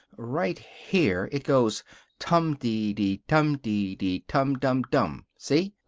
right here it goes tum dee-dee dum dee-dee tum dum dum see?